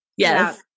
Yes